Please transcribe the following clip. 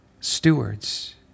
stewards